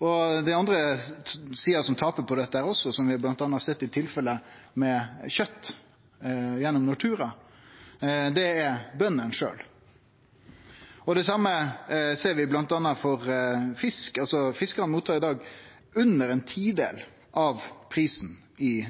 Og den andre sida som også taper på dette, som vi bl.a. har sett i tilfellet med kjøt gjennom Nortura, er bøndene sjølve. Det same ser vi bl.a. for fisk: Fiskarane mottar i dag under ein tidel av prisen